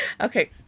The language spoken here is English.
Okay